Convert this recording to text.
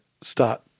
start